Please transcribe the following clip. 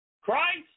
Christ